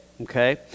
Okay